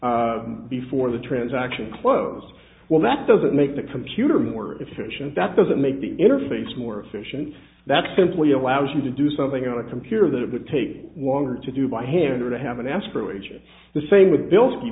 account before the transaction close well that doesn't make the computer more efficient that doesn't make the interface more efficient that simply allows you to do something on a computer that it takes longer to do by hand or to have an aspiration the same with bilski